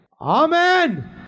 Amen